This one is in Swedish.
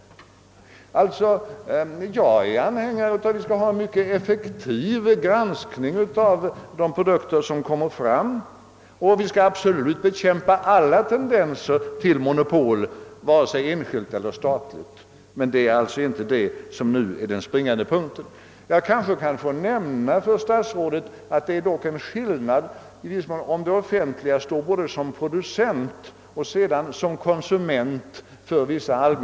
Jag är anhängare av en mycket effektiv granskning av de produkter som framställs och jag anser absolut att vi skall bekämpa alla tendenser till monopol, både enskilda och statliga, men detta är inte här den springande punkten. Jag kanske får erinra herr statsrådet om att det är en speciell sak om det offentliga står både som producent och konsument.